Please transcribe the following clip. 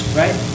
right